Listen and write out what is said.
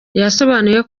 yasobanuye